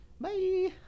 Bye